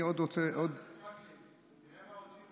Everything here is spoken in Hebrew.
חבר הכנסת